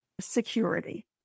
security